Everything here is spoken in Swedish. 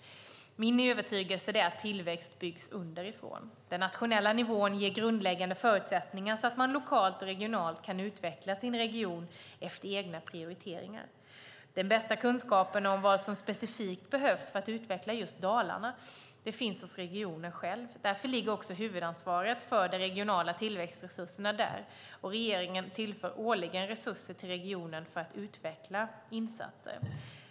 Min övertygelse är att tillväxt byggs underifrån. Den nationella nivån ger grundläggande förutsättningar att lokalt och regionalt utveckla sin region efter egna prioriteringar. Den bästa kunskapen om vad som specifikt behövs för att utveckla just Dalarna finns hos regionen själv. Därför ligger också huvudansvaret för de regionala tillväxtresurserna där, och regeringen tillför årligen resurser till regionen för att utveckla insatser.